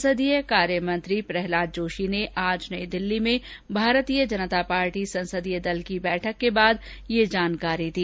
संसदीय कार्यमंत्री प्रहलाद जोशी ने आज नई दिल्ली में भारतीय जनता पार्टी संसदीय दल की बैठक के बाद यह जानकारी दी